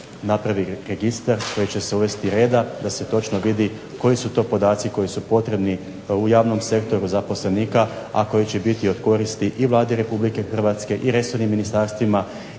napravi registar u koji će se uvesti reda da se točno vidi koji su to podaci koji su potrebni u javnom sektoru zaposlenika, a koji će biti od koristi i Vladi RH i resornim ministarstvima